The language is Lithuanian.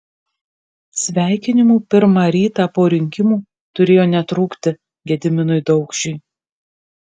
sveikinimų pirmą rytą po rinkimų turėjo netrūkti gediminui daukšiui